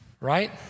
Right